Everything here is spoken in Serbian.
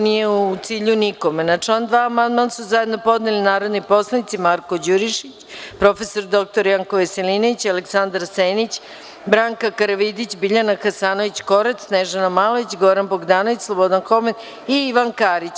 Na član 2. amandman su zajedno podneli narodni poslanici Marko Đurišić, prof. dr Janko Veselinović, Aleksandar Senić, Branka Karavidić, Biljana Hasanović Korać, Snežana Malović, Goran Bogdanović, Slobodan Homen i Ivan Karić.